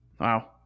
Wow